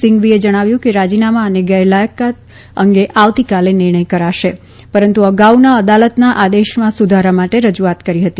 સિંઘવીએ જણાવ્યું કે રાજીનામા અને ગેરલાયકાત અંગે આવતીકાલે નિર્ણય કરાશે તેમ જણાવ્યું હતું પરંતુ અગાઉના અદાલતના આદેશમાં સુધારા માટે રજૂઆત કરી હતી